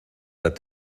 that